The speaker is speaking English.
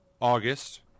August